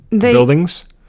buildings